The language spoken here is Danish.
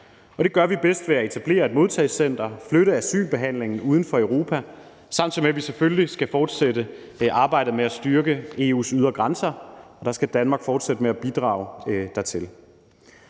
det gør vi bedst ved at etablere et modtagecenter og flytte asylbehandlingen uden for Europa, samtidig med at vi selvfølgelig skal fortsætte arbejdet med at styrke EU’s ydre grænser, og der skal Danmark fortsætte med at bidrage.